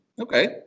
okay